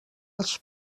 als